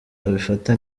abifata